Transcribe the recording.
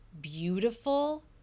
beautiful